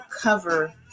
cover